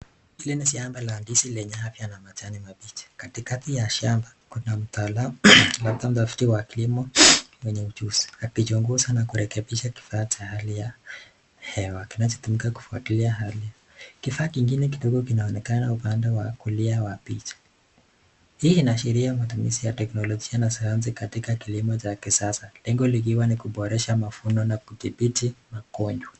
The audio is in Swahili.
Hili ni shamba la ndizi lenye afya na majani mapichi, katikati ya shamba kuna mtaalamu wa kilimo mwenye ujuzi akichunguza na kurekebisha kifaa cha hali ya hewa kinachotumika kufuatilia hali, kifaa kingine kidogo kinaonekana upande wa kulia wa picha, hii inaashiria matumizi ya teknolojia na sayansi katika kilimo cha kisasa, lengo ni kuboresha mafuno na kuthibiti magonjwa.